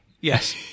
Yes